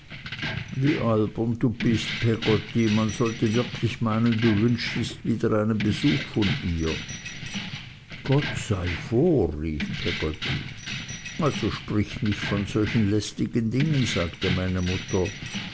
du nur bist peggotty man sollte wirklich meinen du wünschtest wieder einen besuch von ihr gott sei vor rief peggotty also sprich nicht von solchen lästigen dingen sagte meine mutter